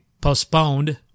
postponed